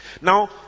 Now